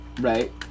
right